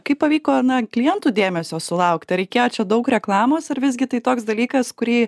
kaip pavyko na klientų dėmesio sulaukt ar reikėjo čia daug reklamos ar visgi tai toks dalykas kurį